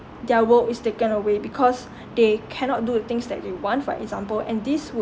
their world is taken away because they cannot do the things that they want for example and this would